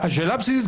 השאלה הבסיסית,